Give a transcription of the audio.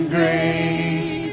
grace